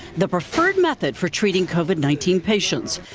the preferred method for treating covid nineteen patients,